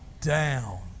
Down